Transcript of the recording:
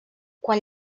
quan